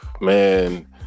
man